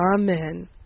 Amen